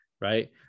right